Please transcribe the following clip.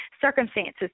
circumstances